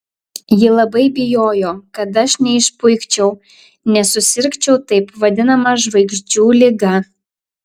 ji labai bijojo kad aš neišpuikčiau nesusirgčiau taip vadinama žvaigždžių liga